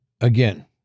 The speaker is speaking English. Again